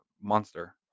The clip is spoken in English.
Monster